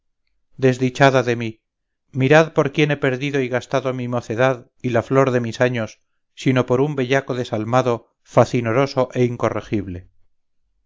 desdichada de mí mirad por quién he perdido y gastado mi mocedad y la flor de mis años sino por un bellaco desalmado facinoroso e incorregible